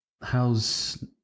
how's